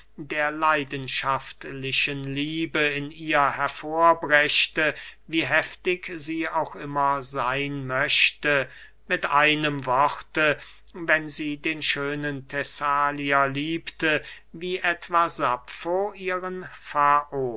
der leidenschaftlichen liebe in ihr hervorbrächte wie heftig sie auch immer seyn möchte mit einem worte wenn sie den schönen thessalier liebte wie etwa saffo ihren